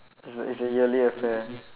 it's a it's a yearly affair